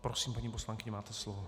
Prosím, paní poslankyně, máte slovo.